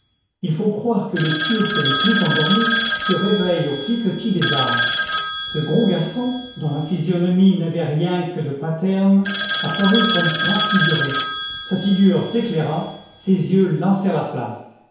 il faut croire que les turcs les plus endormis se réveillent au cliquetis des armes ce gros garçon dont la physionomie n'avait rien que de paterne apparut comme transfiguré sa figure s'éclaira ses yeux